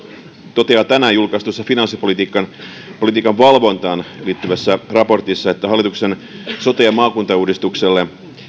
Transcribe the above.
toteaa tänään julkaistussa finanssipolitiikan valvontaan liittyvässä raportissa että hallituksen sote ja maakuntauudistukselle